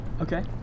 Okay